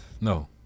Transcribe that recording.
no